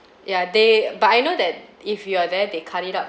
ya they but I know that if you are there they cut it up